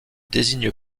désigne